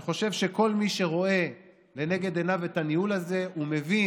אני חושב שכל מי שרואה לנגד עיניו את הניהול הזה מבין